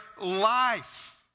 life